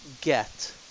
get